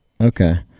Okay